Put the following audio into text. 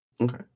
Okay